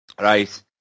Right